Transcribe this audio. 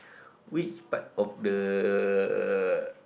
which part of the